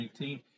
2018